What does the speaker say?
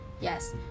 yes